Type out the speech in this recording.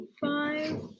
Five